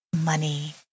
money